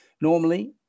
Normally